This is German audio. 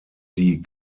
die